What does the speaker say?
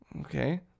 Okay